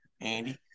Andy